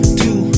two